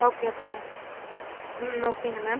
okay okay ma'am hmm ஓகேங்க ma'am